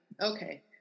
Okay